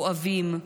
כואבים,